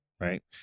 right